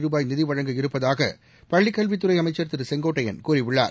ரூபாய் நிதி வழங்க இருப்பதாக பள்ளிக் கல்வித்துறை அமைச்சர் திரு செங்கோட்டையள் கூறியுள்ளார்